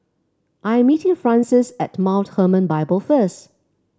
I am meeting Frances at Mount Hermon Bible first